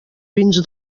pins